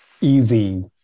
easy